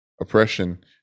oppression